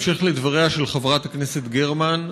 בהמשך לדבריה של חברת הכנסת גרמן,